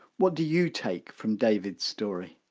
what do you take from david's story?